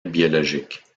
biologique